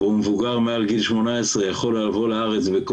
והוא מבוגר מעל גיל 18 הוא יכול לבוא לארץ,